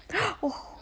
oh